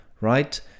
right